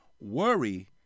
Worry